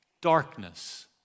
Darkness